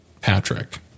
Patrick